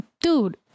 dude